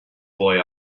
boy